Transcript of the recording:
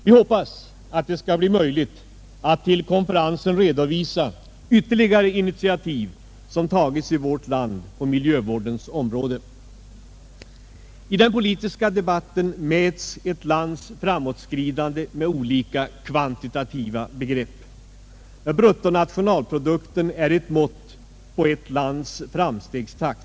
Vi hoppas att det skall bli möjligt att till konferensen redovisa ytterligare initiativ som tagits i vårt land på miljövårdens område. I den politiska debatten mäts ett lands framåtskridande med olika kvantitativa begrepp. Bruttonationalprodukten är ett mått på ett lands framstegstakt.